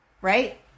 right